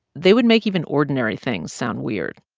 they would make even ordinary things sound weird.